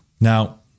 Now